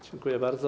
Dziękuję bardzo.